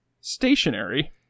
stationary